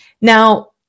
Now